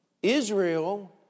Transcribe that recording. Israel